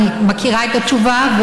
אני מכירה את התשובה,